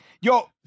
yo